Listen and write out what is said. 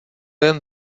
jen